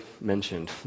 mentioned